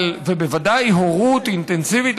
ובוודאי הורות אינטנסיבית,